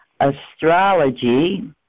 astrology